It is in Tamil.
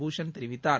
பூஷன் தெரிவித்தார்